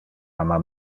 ama